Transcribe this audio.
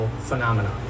phenomena